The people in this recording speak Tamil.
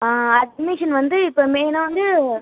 ஆ அட்மிஷன் வந்து இப்போ மெயினாக வந்து